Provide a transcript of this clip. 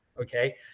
Okay